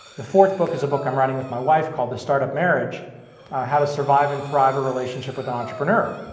the fourth book is a book i'm writing with my wife called the, startup marriage how to survive and thrive a relationship with an entrepreneur.